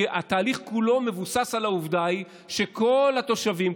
כי התהליך כולו מבוסס על העובדה שכל התושבים,